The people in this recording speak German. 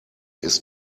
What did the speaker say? ist